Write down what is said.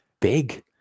big